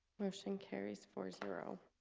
motion carries four zero